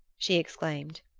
she exclaimed.